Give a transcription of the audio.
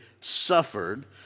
suffered